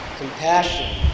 compassion